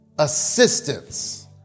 Assistance